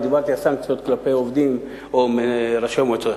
דיברתי על סנקציות כלפי עובדים או ראשי מועצות.